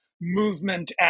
Movement